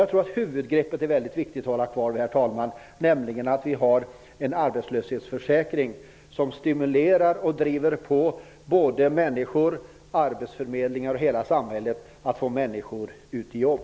Jag tror att det är viktigt att hålla kvar vid huvudgreppet, nämligen att vi har en arbetslöshetsförsäkring som stimulerar och driver på arbetsförmedlingar och hela samhället att ge människor jobb.